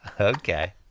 Okay